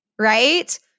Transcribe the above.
right